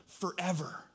forever